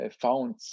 found